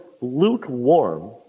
lukewarm